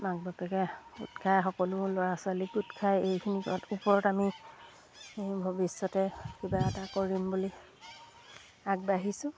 মাক বাপেকে গোট খায় সকলো ল'ৰা ছোৱালীক গোট খায় এইখিনিৰ ওপৰত আমি ভৱিষ্যতে কিবা এটা কৰিম বুলি আগবাঢ়িছোঁ